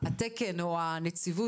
התקן או הנציבות,